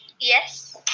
Yes